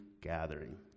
gathering